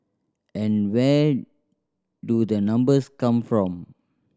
and where do the numbers come from